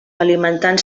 alimentant